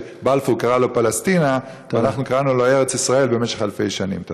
שבלפור קרא לה פלשתינה ואנחנו קראנו לה ארץ ישראל במשך אלפי שנים.